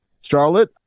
Charlotte